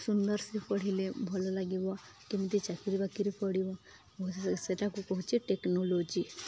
ସୁନ୍ଦର ସେ ପଢ଼ିଲେ ଭଲ ଲାଗିବ କେମିତି ଚାକିରି ବାକିରି ପଡ଼ିବ ସେଟାକୁ କହୁଚି ଟେକ୍ନୋଲୋଜି